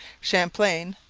champlain,